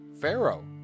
Pharaoh